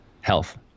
Health